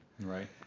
Right